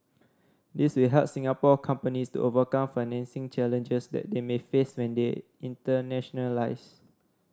these will help Singapore companies to overcome financing challenges that they may face when they internationalise